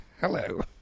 hello